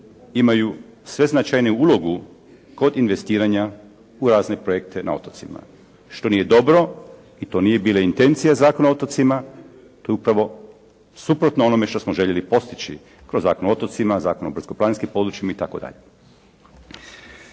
imaju sve značajniju ulogu kod investiranja u razne projekte na otocima, što nije dobro i to nije bila intencija Zakona o otocima, to je upravo suprotno onome što smo željeli postići kroz Zakon o otocima, Zakon o brdsko-planinskim područjima itd..